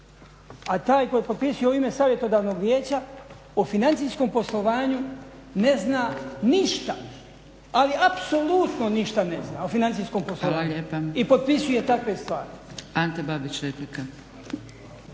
A taj koji propisuje u ime savjetodavnog vijeća o financijskom poslovanju ne zna ništa ali apsolutno ništa ne zna o financijskom poslovanju i potpisuje takve stvari. **Zgrebec, Dragica